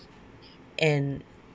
and